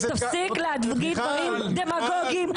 תפסיק להגיד דברים דמגוגיים,